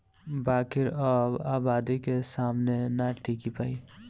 बाकिर अब आबादी के सामने ना टिकी पाई